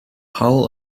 hull